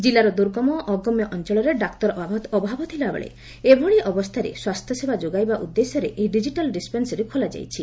ଜିଲ୍ଲାର ଦୁର୍ଗମ ଓ ଅଗମ୍ୟ ଅଞ୍ଚଳରେ ଡାକ୍ତର ଅଭାବ ଥିବାବେଳେ ଏଭଳି ବ୍ୟବସ୍ଗାରେ ସ୍ୱାସ୍ଷ୍ୟସେବା ଯୋଗାଇବା ଉଦ୍ଦେଶ୍ୟରେ ଏହି ଡିଜିଟାଲ୍ ଡିସ୍ପେନ୍ସରୀ ଖୋଲାଯାଇଛି